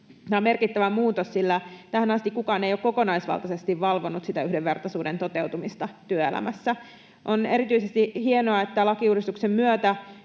Tämä on merkittävä muutos, sillä tähän asti kukaan ei ole kokonaisvaltaisesti valvonut sitä yhdenvertaisuuden toteutumista työelämässä. On erityisesti hienoa, että lakiuudistuksen myötä